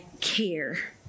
care